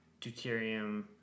deuterium